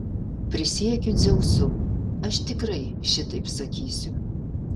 prisiekiu dzeusu aš tikrai šitaip sakysiu